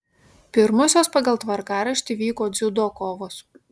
pirmosios pagal tvarkaraštį vyko dziudo kovos